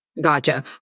Gotcha